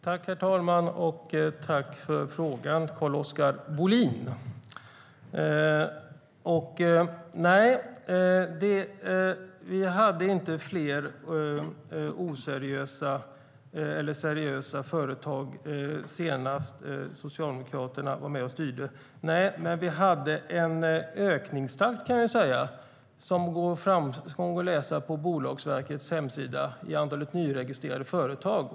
Herr talman! Tack för frågan, Carl-Oskar Bohlin! Nej, vi hade inte fler seriösa företag senast Socialdemokraterna var med och styrde, men vi hade en ökningstakt som går att se på Bolagsverkets hemsida i antalet nyregistrerade företag.